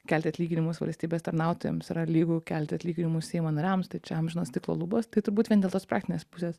kelti atlyginimus valstybės tarnautojams yra lygu kelti atlyginimus seimo nariams tai čia amžinos stiklo lubos tai turbūt vien dėl tos praktinės pusės